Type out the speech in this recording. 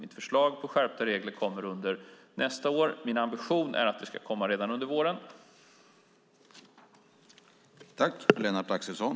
Ett förslag på skärpta regler kommer under nästa år. Min ambition är att det ska komma redan under våren.